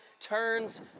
turns